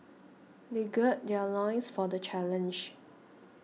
they gird their loins for the challenge